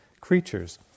creatures